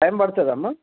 time పడుతుందమ్మా